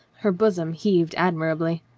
her bosom heaved admirably.